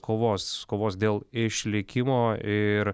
kovos kovos dėl išlikimo ir